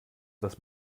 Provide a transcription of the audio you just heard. das